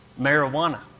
marijuana